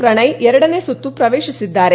ಪ್ರಣಯ್ ಎರಡನೇ ಸುತ್ತು ಪ್ರವೇಶಿಸಿದ್ದಾರೆ